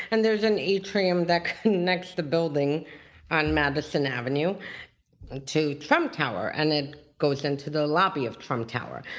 and there's an atrium that next the building on madison avenue to trump tower, and it goes into the lobby of trump tower.